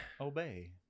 obey